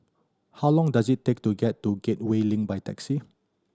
how long does it take to get to Gateway Link by taxi